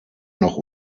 noch